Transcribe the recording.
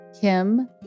Kim